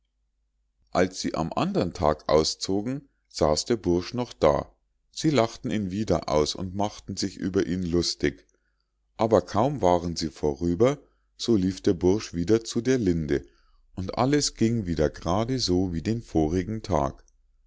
als sie am andern tage auszogen saß der bursch noch da sie lachten ihn wieder aus und machten sich über ihn lustig aber kaum waren sie vorüber so lief der bursch wieder zu der linde und alles ging wieder grade so wie den vorigen tag